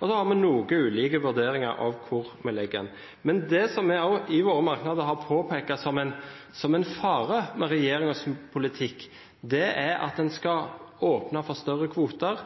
og vi har noe ulike vurderinger av hvor vi ligger. Men det vi også i våre merknader har påpekt som en fare med regjeringens politikk, er at en skal åpne for større kvoter